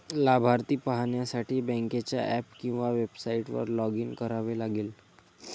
लाभार्थी पाहण्यासाठी बँकेच्या ऍप किंवा वेबसाइटवर लॉग इन करावे लागेल